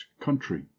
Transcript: country